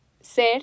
ser